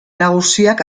nagusiak